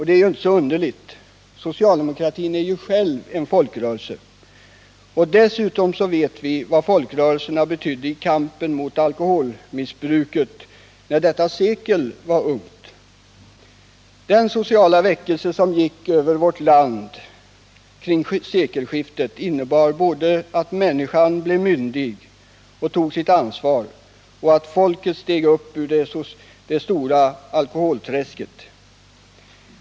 Det är inte så underligt — socialdemokratin är själv en folkrörelse. Vi vet vad folkrörelserna betydde i kampen mot alkoholmissbruket när detta sekel var ungt. Den sociala väckelse som gick fram över vårt land vid sekelskiftet medförde både att människan blev myndig och tog sitt ansvar och att folket steg upp ur det stora alkoholträsket.